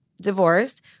divorced